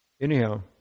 Anyhow